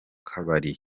kabari